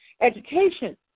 education